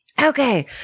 Okay